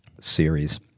series